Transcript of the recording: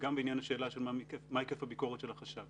גם בעניין השאלה של מה היקף הביקורת של החשב.